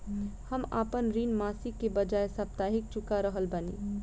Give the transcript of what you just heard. हम आपन ऋण मासिक के बजाय साप्ताहिक चुका रहल बानी